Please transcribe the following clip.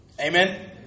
Amen